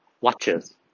watches